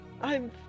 I'm-